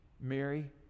mary